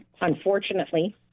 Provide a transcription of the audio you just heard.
unfortunately